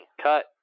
Cut